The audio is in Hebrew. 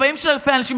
מופעים של אלפי אנשים,